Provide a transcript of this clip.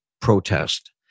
protest